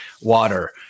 water